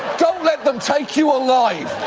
don't let them take you alive!